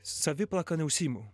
saviplaka neužsiimu